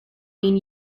mean